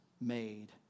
made